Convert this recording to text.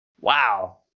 Wow